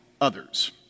others